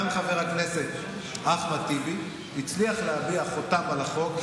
גם חבר הכנסת אחמד טיבי הצליח להטביע חותם על החוק,